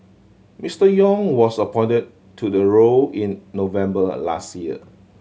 Mister Yong was appointed to the role in November last year